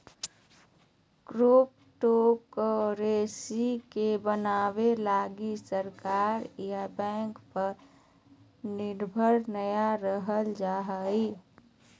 cryptocurrency के बनाबे लगी सरकार या बैंक पर निर्भर नय रहल जा हइ